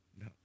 No